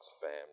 family